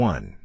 One